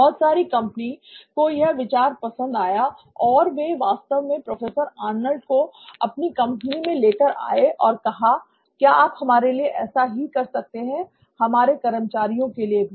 बहुत सारी कंपनी को यह विचार पसंद आया और वे वास्तव में प्रोफेसर आर्नल्ड को अपनी कंपनी में लेकर आए और कहा " क्या आप हमारे लिए ऐसा ही कर सकते हैं हमारे कर्मचारियों के लिए भी